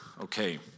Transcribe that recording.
okay